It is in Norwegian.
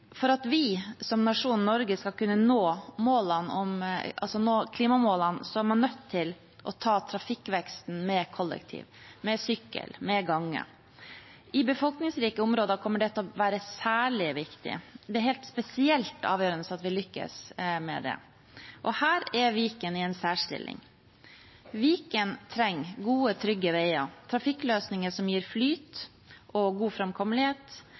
For at vi som nasjonen Norge skal kunne nå klimamålene, er vi nødt til å ta trafikkveksten med kollektivtrafikk, med sykkel og med gange. I befolkningsrike områder kommer dette til å være særlig viktig. Det er helt spesielt avgjørende at vi lykkes med det. Her er Viken i en særstilling. Viken trenger gode, trygge veier og trafikkløsninger som gir flyt og god framkommelighet.